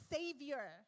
Savior